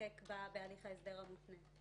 המחוקק בהליך ההסדר המותנה.